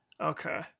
Okay